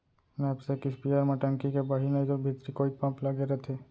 knapsack sprayer म टंकी के बाहिर नइतो भीतरी कोइत पम्प लगे रथे